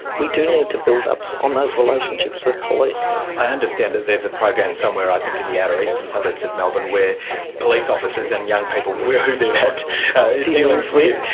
we do need to build up on those relationships with police. i understand that there's a program somewhere i think in the outer eastern suburbs of melbourne, where police officers and young people who they've had dealing with,